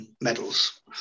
Medals